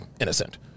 innocent